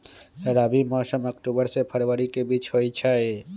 रबी मौसम अक्टूबर से फ़रवरी के बीच में होई छई